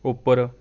ਉੱਪਰ